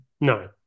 no